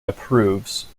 approves